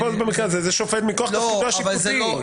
במקרה הזה, זה שופט מכוח תפקידו השיפוטי.